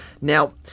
Now